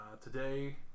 Today